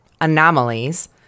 anomalies